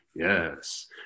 Yes